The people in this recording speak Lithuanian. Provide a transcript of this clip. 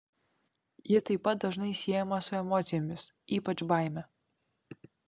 ji taip pat dažnai siejama su emocijomis ypač baime